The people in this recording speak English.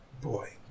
boy